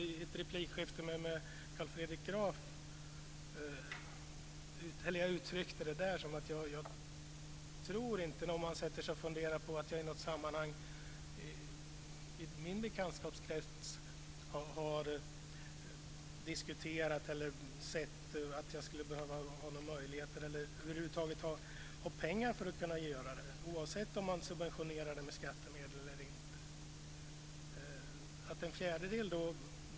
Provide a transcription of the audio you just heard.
I ett replikskifte med Carl Fredrik Graf uttryckte jag det så att jag i min bekantskapskrets inte har varit med om att diskutera detta. Jag tror inte att man har tillräckligt med pengar till hushållstjänster, oavsett om de subventioneras med skattemedel eller inte.